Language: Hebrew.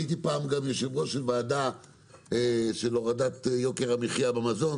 הייתי פעם גם יושב ראש של ועדה של הורדת יוקר המחיה במזון,